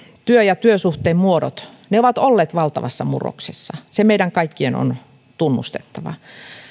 työ ja työsuhteen muodot ovat olleet valtavassa murroksessa se meidän kaikkien on tunnustettava